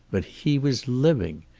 but he was living.